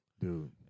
dude